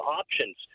options